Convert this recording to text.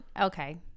okay